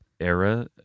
era